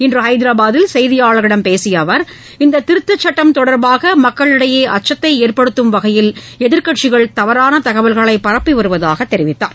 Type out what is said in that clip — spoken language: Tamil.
இன்று ஹைதராபாதில் செய்தியாளர்களிடம் பேசிய அவர் இந்த திருத்தச் சுட்டம் தொடர்பாக மக்களிடையே அச்சத்தை ஏற்படுத்தும் வகையில் எதிர்க்கட்சிகள் தவறான தகவல்களை பரப்பி வருவதாக தெரிவித்தார்